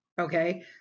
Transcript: okay